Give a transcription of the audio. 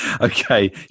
Okay